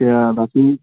এতিয়া বাকী